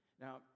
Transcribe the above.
Now